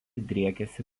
driekiasi